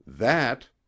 That